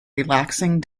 relaxing